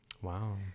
wow